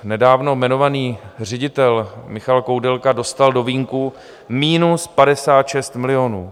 Nedávno jmenovaný ředitel Michal Koudelka dostal do vínku minus 56 milionů.